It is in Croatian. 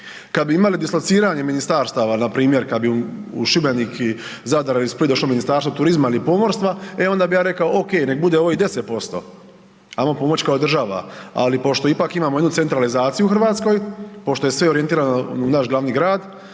Kada bi imali dislociranje ministarstava npr. kada bi u Šibenik ili Zadar ili Split došlo Ministarstvo turizma ili pomorstva, e onda bi ja rekao ok nek bude ovih 10%, ajmo pomoć kao država. Ali pošto ipak imamo jednu centralizaciju u Hrvatskoj, pošto je sve orijentirano na naš glavni grad,